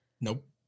Nope